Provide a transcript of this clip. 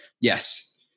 yes